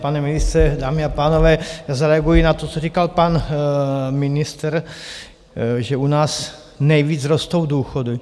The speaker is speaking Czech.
Pane ministře, dámy a pánové, zareaguji na to, co říkal pan ministr, že u nás nejvíc rostou důchody.